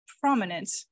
prominent